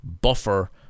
buffer